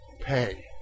Pay